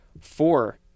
Four